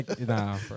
nah